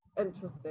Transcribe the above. Interesting